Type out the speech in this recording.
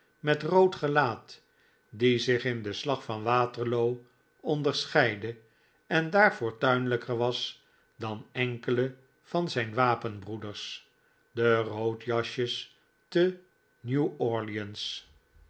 met rood gelaat die zich in den slag van waterloo onderscheidde en daar fortuinlijker was dan enkele van zijn wapenbroeders de roodjasjes te nieuw orleans